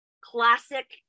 classic